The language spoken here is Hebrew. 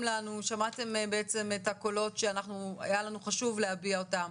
לנו ושמעתם את הקולות שהיה לנו חשוב להביע אותם.